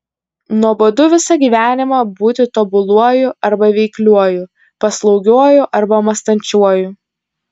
nuobodu visą gyvenimą būti tobuluoju arba veikliuoju paslaugiuoju arba mąstančiuoju